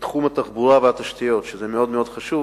בתחום התחבורה והתשתיות, שהוא מאוד מאוד חשוב.